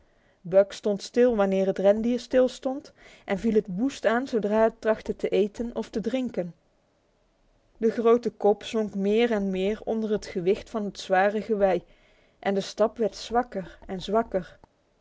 buck stond stil wanneer het rendier stilstond en viel het woest aan zodra het trachtte te eten of te drinken de grote kop zonk meer en meer onder het gewicht van het zware gewei en de stap werd zwakker en zwakker